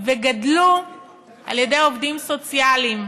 וגדלו על ידי עובדים סוציאליים,